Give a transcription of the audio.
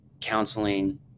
counseling